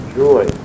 joy